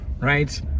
right